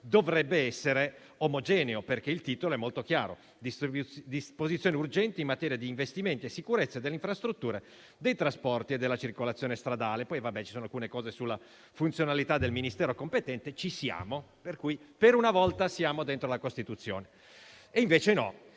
dovrebbe essere omogeneo, perché il titolo è molto chiaro: "Disposizioni urgenti in materia di investimenti e sicurezza delle infrastrutture, dei trasporti e della circolazione stradale". Poi ci sono alcune norme sulla funzionalità del Ministero competente, ma - si potrebbe pensare - insomma ci siamo, per una volta siamo dentro la Costituzione. E invece no,